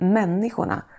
människorna